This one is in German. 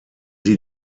sie